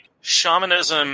Shamanism